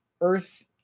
Earth